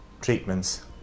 treatments